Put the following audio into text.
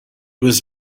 was